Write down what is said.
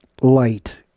light